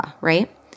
right